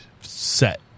set